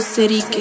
City